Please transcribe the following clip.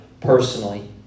personally